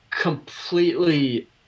completely